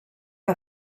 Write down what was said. que